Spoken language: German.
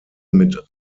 mit